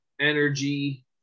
energy